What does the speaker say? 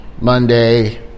Monday